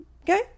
Okay